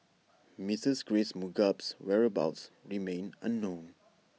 Mistress grace Mugabe's whereabouts remain unknown